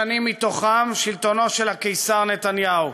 תשע שנים מתוכן, שלטונו של הקיסר נתניהו,